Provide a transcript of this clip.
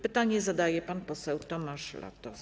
Pytanie zadaje pan poseł Tomasz Latos.